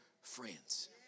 friends